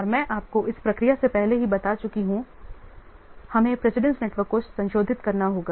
और मैं आपको इस प्रक्रिया से पहले ही बता चुका हूं हमें प्रेसिडेंस नेटवर्क को संशोधित करना होगा